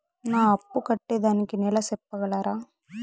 నా అప్పు కట్టేదానికి నెల సెప్పగలరా?